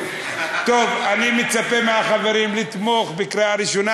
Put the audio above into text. אני מצפה מהחברים לתמוך בקריאה ראשונה,